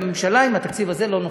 שהממשלה עם התקציב הזה לא נופלת.